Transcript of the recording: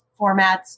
formats